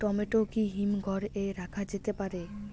Tomato কি হিমঘর এ রাখা যেতে পারে?